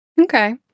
Okay